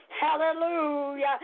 Hallelujah